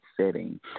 setting